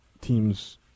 teams